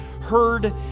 heard